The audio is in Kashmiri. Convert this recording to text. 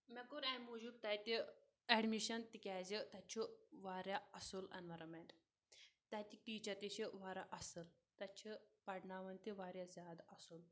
مےٚ کوٚر اَمہِ موٗجوٗب تَتہِ ایٚڈمِشن تِکیٚازِ تَتہِ چھ واریاہ اَصٕل اینوٕرامینٹ تَتہِ ٹیٖچر تہِ چھِ واریاہ اَصٕل تَتہِ چھِ پرناوان تہِ واریاہ زیادٕ اَصٕل